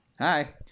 Hi